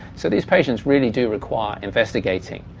so these patients really do require investigating.